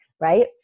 right